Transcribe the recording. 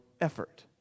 effort